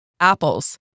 Apples